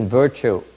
virtue